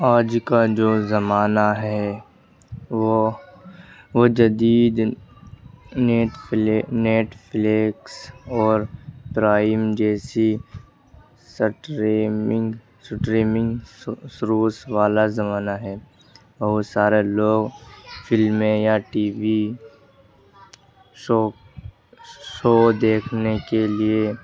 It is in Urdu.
آج کا جو زمانہ ہے وہ وہ جدید نیٹفلیکس اور پرائم جیسی سٹریمنگ سٹریمنگ سروس والا زمانہ ہے اور سارے لوگ فلمیں یا ٹی وی شو شو دیکھنے کے لیے